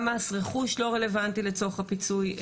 גם מס רכוש לא רלוונטי לצורך הפיצוי.